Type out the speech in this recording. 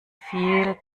viel